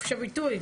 חופש הביטוי.